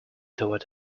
toward